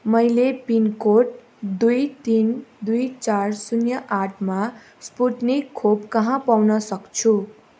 मैले पिनकोड दुई तिन दुई चार शून्य आठमा स्पुत्निक खोप कहाँ पाउन सक्छु